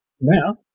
Now